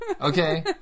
Okay